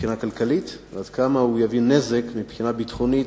מבחינה כלכלית ועד כמה הוא יביא נזק מבחינה ביטחונית,